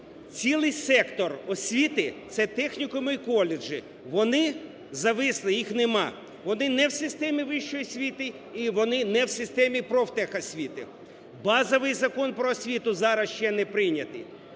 цілий сектор освіти – це технікуми і коледжі – вони зависли, їх нема. Вони не в системі вищої освіти, і вони не в системі профтехосвіти. Базовий закон про освіту зараз ще не прийнятий.